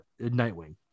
Nightwing